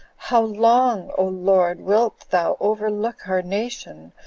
how long, o lord, wilt thou overlook our nation,